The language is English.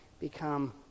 become